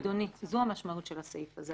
אדוני, זו המשמעות של הסעיף הזה.